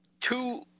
two